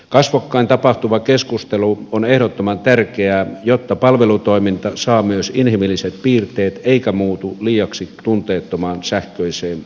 kasvokkain tapahtuva keskustelu on ehdottoman tärkeää jotta palvelutoiminta saa myös inhimilliset piirteet eikä muutu liiaksi tunteettomaan sähköiseen muotoon